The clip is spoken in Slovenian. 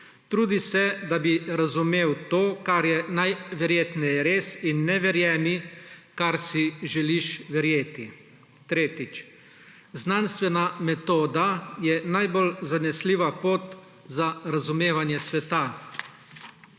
trudi se, da bi razumel to, kar je najverjetneje res in ne verjemi kar si želiš verjeti. Tretjič, znanstvena metoda je najbolj zanesljiva pot za razumevanje sveta.